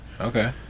Okay